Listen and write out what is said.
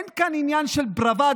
אין כאן עניין של bravado,